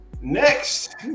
Next